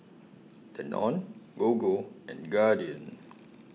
Danone Gogo and Guardian